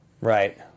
Right